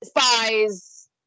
spies